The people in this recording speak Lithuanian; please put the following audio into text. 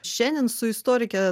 šiandien su istorike